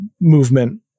movement